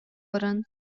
баран